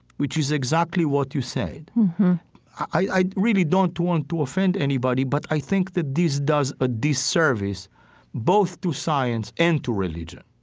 which is exactly what you said mm-hmm i really don't want to offend anybody, but i think that this does a disservice both to science and to religion